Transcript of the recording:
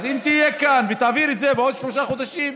אז אם תהיה כאן ותעביר את זה בעוד שלושה חודשים,